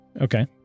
Okay